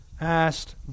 asked